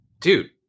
dude